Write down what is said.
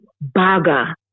Baga